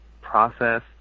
process